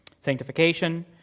Sanctification